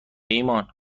ایمان